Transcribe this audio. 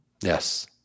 Yes